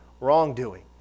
Wrongdoing